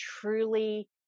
truly